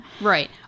Right